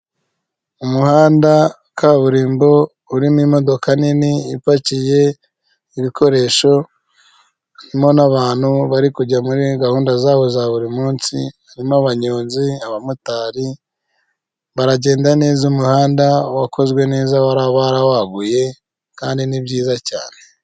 Umuhanda wa kaburimbo urimo imodoka nini ipakiye ibikoresho harimo n'abantu bari kujya muri gahunda zabo za buri munsi harimo abanyonzi ,abamotari baragenda neza umuhanda wakozwe neza barawaguye kandi ni byiza cyane .